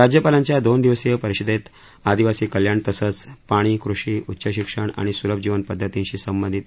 राज्यापालांच्या दोन दिवसीय परिषदेत आदिवासी कल्याण तसंच पाणी कृषी उच्चशिक्षण आणि सुलभ जीवनपद्धतींशी संबंधित विषयांवर भर होता